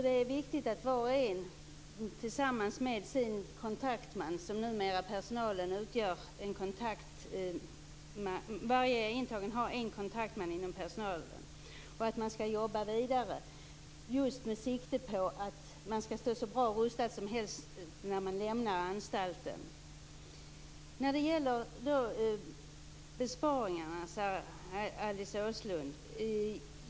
Det är viktigt att var och en tillsammans med sin kontaktman - varje intagen har en kontaktman inom personalen - jobbar vidare med sikte på att man skall stå så bra rustad som möjligt när man lämnar anstalten. Alice Åström talade om besparingarna.